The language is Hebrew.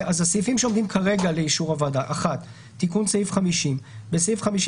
הסעיפים שעומדים כרגע לאישור הוועדה: תיקון סעיף 50 "בסעיף 50